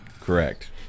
Correct